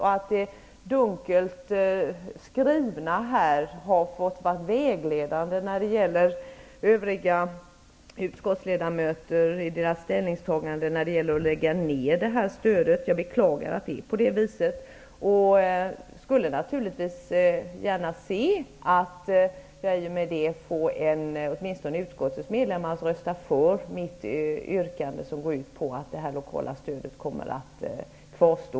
Det dunkelt skrivna har fått vara vägledande för övriga utskottsledamöters ställningstagande i frågan om att avveckla stödet. Jag beklagar att det är på det viset, och skulle naturligtvis gärna se att åtminstone utskottets medlemmar röstar för mitt yrkande, vilket går ut på att det lokala stödet kommer att kvarstå.